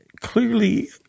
clearly